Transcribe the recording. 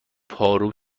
پارو